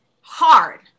hard